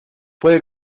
puede